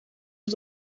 het